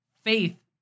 faith